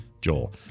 Joel